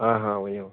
آ ہاں ؤنِو